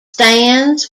stands